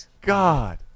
God